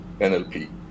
NLP